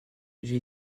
j’ai